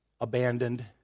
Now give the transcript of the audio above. abandoned